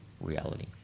reality